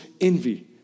envy